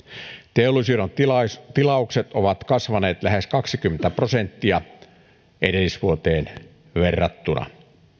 teollisuuden tilaukset tilaukset ovat kasvaneet lähes kaksikymmentä prosenttia edellisvuoteen verrattuna